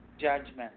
Judgment